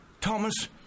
Thomas